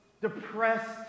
depressed